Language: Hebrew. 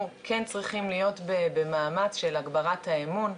אני מבקשת לקבל את הנתון הזה.